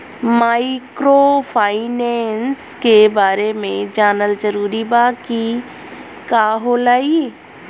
Microfinance के बारे में जानल जरूरी बा की का होला ई?